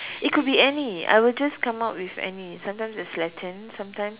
it could be any I will just come out with any sometimes it's Latin sometimes